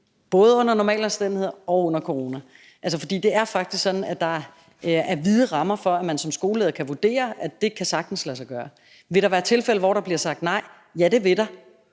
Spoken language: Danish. både under normale omstændigheder og under corona, bare kunne sige: Ja, selvfølgelig. Det er faktisk sådan, at der er vide rammer for, at man som skoleleder kan vurdere, at det sagtens kan lade sig gøre. Vil der være tilfælde, hvor der bliver sagt nej? Ja, det vil der,